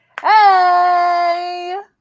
Hey